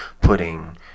putting